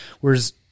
Whereas